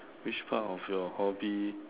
which part of your hobby